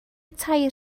tair